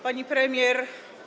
Pani Premier!